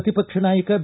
ಪ್ರತಿಪಕ್ಷ ನಾಯಕ ಬಿ